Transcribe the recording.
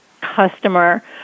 customer